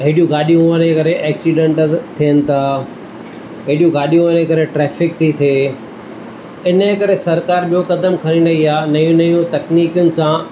हेॾियूं गाॾियूं हुअण जे करे एक्सिडंट त थियनि था हेॾियूं गाॾियूं हुअण जे करे ट्रेफिक थी थिए इन जे करे सरकारि ॿियो क़दम खणी रही आहे नयूं नयूं तकनिकियुनि सां